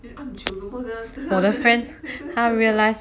你 am chio 什么 sia 怎么这样 还在偷笑